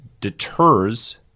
deters